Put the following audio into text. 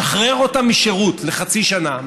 משחרר אותם משירות לחצי שנה,